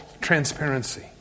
transparency